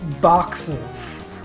boxes